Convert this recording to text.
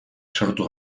sortu